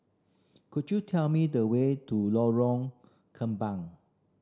could you tell me the way to Lorong Kembang